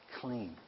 Clean